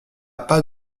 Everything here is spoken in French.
pas